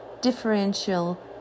differential